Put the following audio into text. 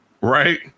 right